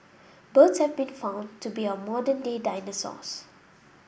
birds have been found to be our modern day dinosaurs